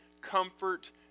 comfort